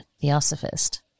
theosophist